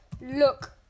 Look